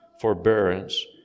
forbearance